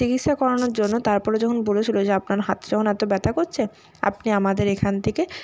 তো চিকিৎসা করানোর জন্য তারপরে যখন বলেছিলো যে আপনার হাত যখন এত ব্যাথা করছে আপনি আমাদের এখান থেকে